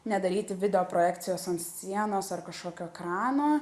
nedaryti video projekcijos ant sienos ar kažkokio ekrano